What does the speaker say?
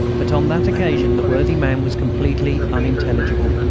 but on that occasion the worthy man was completely unintelligible.